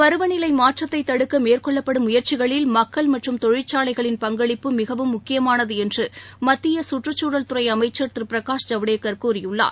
பருவ நிலை மாற்றத்தைத் தடுக்க மேற்கொள்ளப்படும் முயற்சிகளில் மக்கள் மற்றம் தொழிற்சாலைகளின் பங்களிப்பு மிகவும் முக்கியமானது என்று மத்திய சுற்றுச்தழல் துறை அமைச்சர் திரு பிரகாஷ் ஜவடேகர் கூறியுள்ளார்